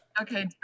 Okay